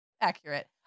accurate